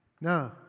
No